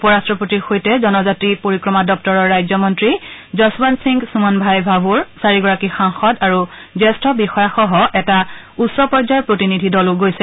উপ ৰাট্টপতিৰ সৈতে জনজাতি পৰিক্ৰমা দপ্তৰৰ ৰাজ্য মন্ত্ৰী যশৱন্ত সিং সুমনভাই ভাভোৰ চাৰিগৰাকী সাংসদ আৰু জ্যেষ্ঠ বিষয়াসহ এটা উচ্চ পৰ্যায়ৰ প্ৰতিনিধি দলো গৈছে